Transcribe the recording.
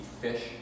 fish